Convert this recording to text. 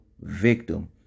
victim